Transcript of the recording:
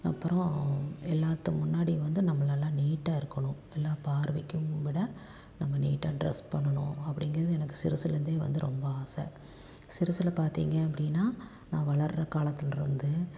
அப்புறம் எல்லாத்து முன்னாடி வந்து நம்ம நல்லா நீட்டாக இருக்கணும் எல்லா பார்வைக்கும் விட நம்ம நீட்டாக ட்ரெஸ் பண்ணணும் அப்படிங்கிறது எனக்கு சிறுசுலேந்தே வந்து ரொம்ப ஆசை சிறுசில் பார்த்தீங்க அப்படின்னா நான் வளர்கிற காலத்தில் இருந்து